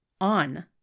on